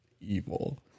evil